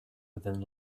within